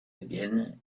again